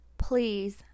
Please